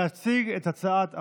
להציג את הצעת החוק,